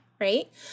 right